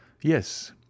Yes